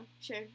sure